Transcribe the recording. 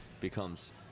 becomes